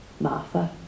Martha